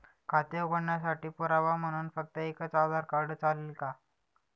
खाते उघडण्यासाठी पुरावा म्हणून फक्त एकच आधार कार्ड चालेल का?